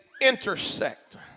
intersect